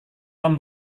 tom